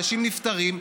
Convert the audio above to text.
אנשים נפטרים,